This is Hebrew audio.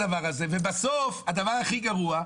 ובסוף, הדבר הכי גרוע,